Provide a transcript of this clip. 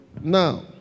Now